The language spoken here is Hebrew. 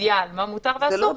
ידיעה על מה מותר ומה אסור,